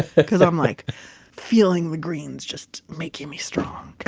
because i'm like feeling the greens just making me strong